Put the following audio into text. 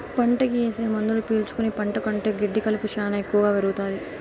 పంటకి ఏసే మందులు పీల్చుకుని పంట కంటే గెడ్డి కలుపు శ్యానా ఎక్కువగా పెరుగుతాది